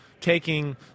Taking